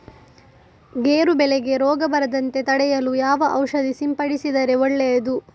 ಗೇರು ಬೆಳೆಗೆ ರೋಗ ಬರದಂತೆ ತಡೆಯಲು ಯಾವ ಔಷಧಿ ಸಿಂಪಡಿಸಿದರೆ ಒಳ್ಳೆಯದು?